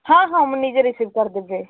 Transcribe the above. ହଁ ହଁ ମୁଁ ନିଜେ ରିସିଭ୍ କରଦେବି